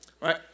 right